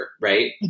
right